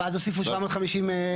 ואז הוסיפו 750 דונם.